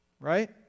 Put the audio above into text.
Right